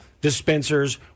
dispensers